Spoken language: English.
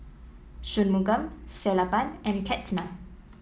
Shunmugam Sellapan and Ketna